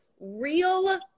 Real